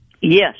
Yes